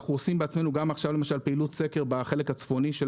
אנחנו עושים בעצמנו גם עכשיו פעילות סקר בחלק הצפוני של